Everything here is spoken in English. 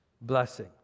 blessing